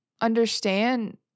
understand